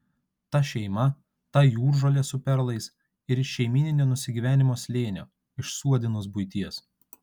ta šeima ta jūržolė su perlais ir iš šeimyninio nusigyvenimo slėnio iš suodinos buities